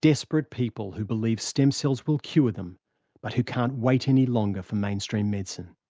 desperate people who believe stem cells will cure them and but who can't wait any longer for mainstream medicine.